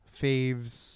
faves